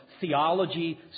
theology